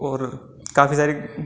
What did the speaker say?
और काफ़ी सारी